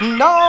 no